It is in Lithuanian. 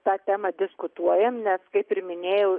tą temą diskutuojam nes kaip ir minėjau